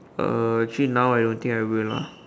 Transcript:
uh actually now I don't think I will ah